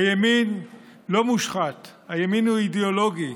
הימין לא מושחת, הימין הוא אידיאולוגי.